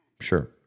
Sure